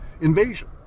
invasion